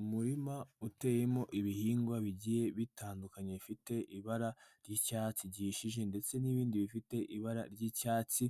Umurima uteyemo ibihingwa bigiye bitandukanye, bifite ibara ry'icyatsi gihishije ndetse n'ibindi bifite ibara ry'icyatsi,